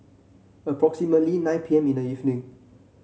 approximately nine P M in the evening